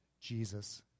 Jesus